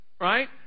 right